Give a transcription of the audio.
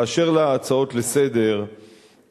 באשר להצעות לסדר-היום,